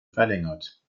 verlängert